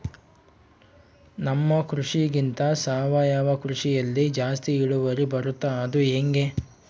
ನಮ್ಮ ಕೃಷಿಗಿಂತ ಸಾವಯವ ಕೃಷಿಯಲ್ಲಿ ಜಾಸ್ತಿ ಇಳುವರಿ ಬರುತ್ತಾ ಅದು ಹೆಂಗೆ?